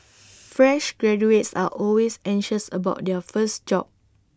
fresh graduates are always anxious about their first job